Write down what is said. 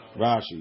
Rashi